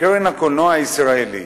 קרן הקולנוע הישראלי